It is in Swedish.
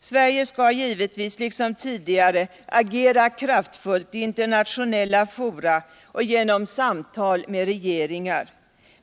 Sverige skall givetvis Jiksom tidigare agera kraftfullt i internationella fora och genom samtal med regeringar.